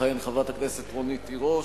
תכהן חברת הכנסת רונית תירוש,